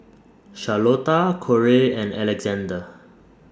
Charlotta Corey and Alexander